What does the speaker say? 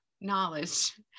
Knowledge